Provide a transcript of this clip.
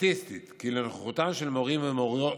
סטטיסטית כי לנוכחותן של מורות ומורים